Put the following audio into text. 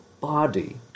body